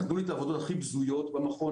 נתנו לי את העבודות הכי בזויות במכון,